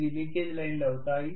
ఇవి లీకేజ్ లైన్లు అవుతాయి